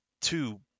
two